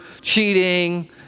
cheating